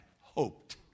hoped